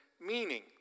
meaning